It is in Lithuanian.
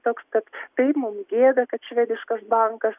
toks kad taip mums gėda kad švediškas bankas